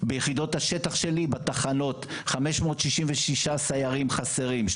ביחידות השטח שלי בתחנות: 566 סיירים חסרים,